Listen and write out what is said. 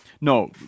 No